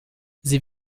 sie